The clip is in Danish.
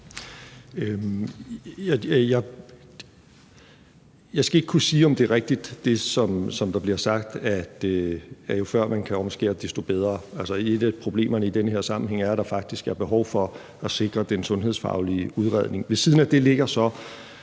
Jeg skal ikke kunne sige, om det, der bliver sagt, er rigtigt, altså at jo før man kan omskære, desto bedre. Altså, et af problemerne i den her sammenhæng er, at der faktisk er behov for at sikre den sundhedsfaglige udredning. Og jeg forstår